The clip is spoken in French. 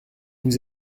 vous